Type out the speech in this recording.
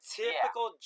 typical